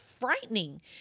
frightening